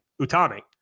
Utami